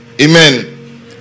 Amen